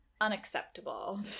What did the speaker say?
unacceptable